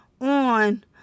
on